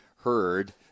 heard